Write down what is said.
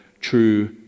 true